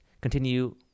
Continue